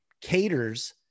caters